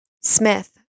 Smith